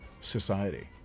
society